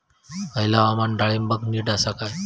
हयला हवामान डाळींबाक नीट हा काय?